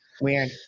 Weird